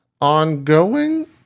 ongoing